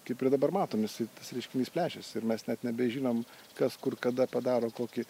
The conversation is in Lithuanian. kaip ir dabar matom jisai tas reiškinys plečiasi ir mes net nebežinom kas kur kada padaro kokį